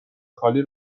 خالی